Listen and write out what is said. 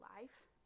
life